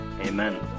amen